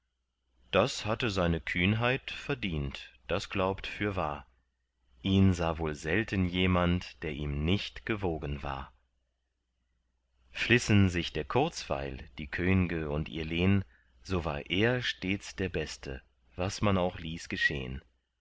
das hatte seine kühnheit verdient das glaubt fürwahr ihn sah wohl selten jemand der ihm nicht gewogen war flissen sich der kurzweil die könge und ihr lehn so war er stets der beste was man auch ließ geschehn